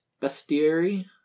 bestiary